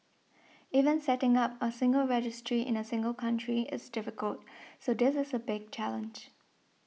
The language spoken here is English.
even setting up a single registry in a single country is difficult so this is a big challenge